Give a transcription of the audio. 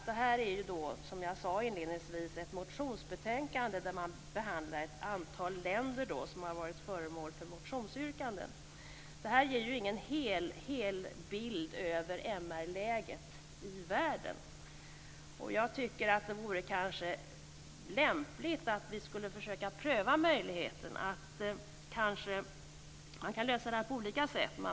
Det här är, som jag sade inledningsvis, ett motionsbetänkande där man tar upp ett antal länder som varit föremål för motionsyrkanden. Det ger ingen helhetsbild över MR-läget i världen. Jag tycker att det vore lämpligt pröva möjligheten att lösa det här. Man kan göra det på olika sätt.